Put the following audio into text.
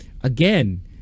again